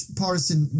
partisan